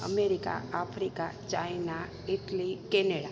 America Africa China Italy Canada